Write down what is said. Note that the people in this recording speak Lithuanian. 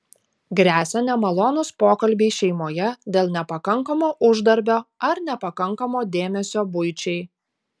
gresia nemalonūs pokalbiai šeimoje dėl nepakankamo uždarbio ar nepakankamo dėmesio buičiai